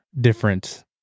different